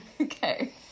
Okay